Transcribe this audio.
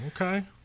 okay